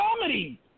comedy